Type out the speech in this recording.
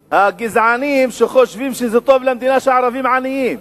הגזענים, שחושבים שזה טוב למדינה שהערבים עניים.